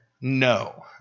No